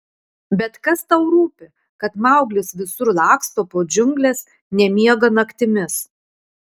bet kas tau rūpi kad mauglis visur laksto po džiungles nemiega naktimis